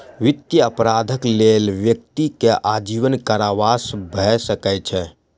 वित्तीय अपराधक लेल व्यक्ति के आजीवन कारावास भ सकै छै